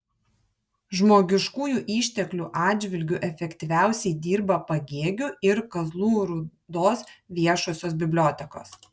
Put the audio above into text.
žmogiškųjų išteklių atžvilgiu efektyviausiai dirba pagėgių ir kazlų rūdos viešosios bibliotekos